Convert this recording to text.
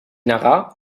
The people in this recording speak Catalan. negà